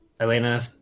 Elena